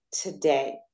today